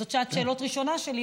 זאת שעת שאלות ראשונה שלי,